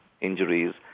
injuries